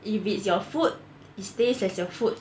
if it's your food it stays as your food